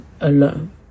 alone